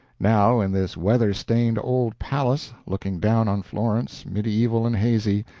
now, in this weather-stained old palace, looking down on florence, medieval and hazy,